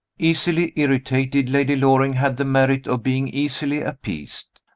easily irritated, lady loring had the merit of being easily appeased.